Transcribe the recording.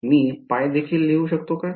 मी πदेखील लिहू शकतो का